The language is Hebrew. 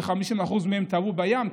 כי 50% מהם טבעו בים,